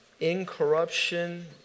incorruption